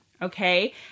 Okay